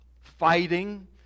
fighting